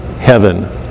heaven